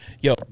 yo